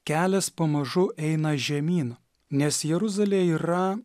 kelias pamažu eina žemyn nes jeruzalė yra